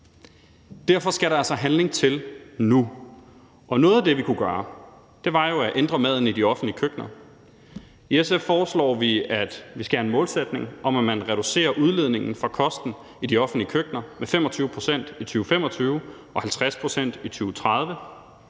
Derfor skal der altså handling til nu, og noget af det, vi kunne gøre, var jo at ændre maden i de offentlige køkkener. I SF foreslår vi, at vi skal have en målsætning om, at man reducerer udledningen fra kosten i de offentlige køkkener med 25 pct. i 2025 og 50 pct. i 2030.